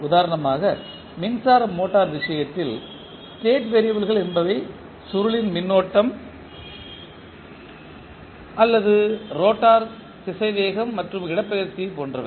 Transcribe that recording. உதாரணமாக மின்சார மோட்டார் விஷயத்தில் ஸ்டேட் வேறியபிள்கள் என்பவை சுருளின் மின்னோட்டம் அல்லது ரோட்டார் திசைவேகம் மற்றும் இடப்பெயர்ச்சி போன்றவை